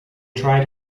tried